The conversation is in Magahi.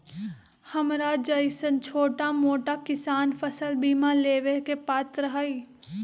हमरा जैईसन छोटा मोटा किसान फसल बीमा लेबे के पात्र हई?